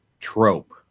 trope